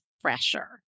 fresher